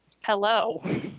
hello